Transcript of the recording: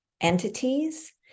entities